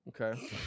Okay